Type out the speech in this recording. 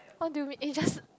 what do you mean it just